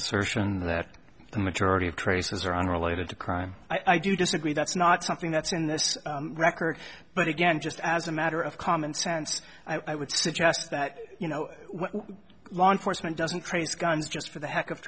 assertion that the majority of traces are unrelated to crime i do disagree that's not something that's in this record but again just as a matter of common sense i would suggest that you know why law enforcement doesn't praise guns just for the heck of